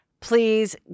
Please